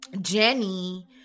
Jenny